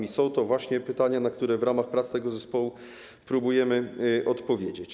To są właśnie pytania, na które w ramach prac tego zespołu próbujemy odpowiedzieć.